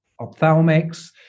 ophthalmics